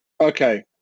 okay